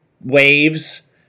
waves